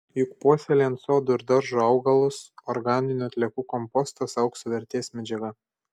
juk puoselėjant sodo ir daržo augalus organinių atliekų kompostas aukso vertės medžiaga